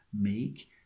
make